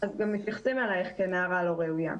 אז גם מתייחסים אליך כנערה לא ראויה.